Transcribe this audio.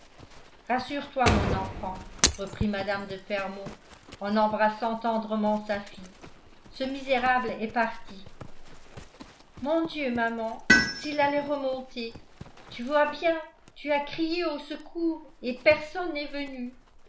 rassure-toi mon enfant reprit mme de fermont en embrassant tendrement sa fille ce misérable est parti mon dieu maman s'il allait remonter tu vois bien tu as crié au secours et personne n'est venu